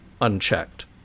unchecked